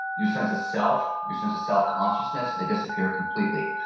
your sense of self, your sense of self consciousness, they disappear completely.